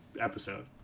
episode